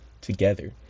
together